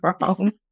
wrong